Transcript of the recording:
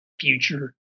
future